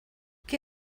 qué